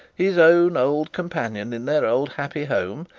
his own old companion in their old happy home,